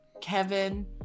Kevin